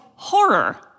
horror